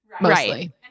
mostly